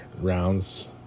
rounds